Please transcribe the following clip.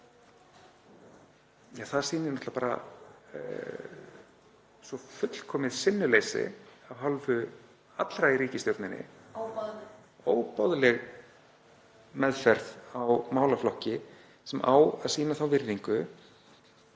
auðvitað bara fullkomið sinnuleysi af hálfu allra í ríkisstjórninni og er óboðleg meðferð á málaflokki sem á að sýna þá virðingu